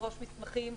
לדרוש מסמכים,